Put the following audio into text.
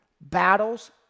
battles